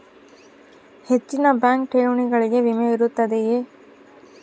ಹೆಚ್ಚಿನ ಬ್ಯಾಂಕ್ ಠೇವಣಿಗಳಿಗೆ ವಿಮೆ ಇರುತ್ತದೆಯೆ?